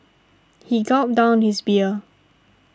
he gulped down his beer